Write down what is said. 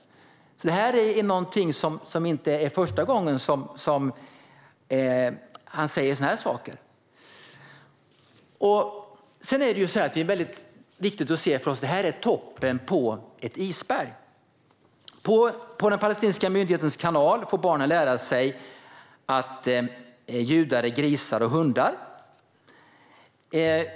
Det är inte första gången han säger sådana här saker. Sedan är det väldigt viktigt att se att det här bara är toppen på ett isberg. På den palestinska myndighetens kanal får barnen lära sig att judar är grisar och hundar.